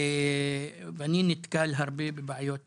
ואני נתקל הרבה בבעיות כאלה.